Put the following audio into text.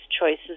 choices